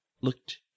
looked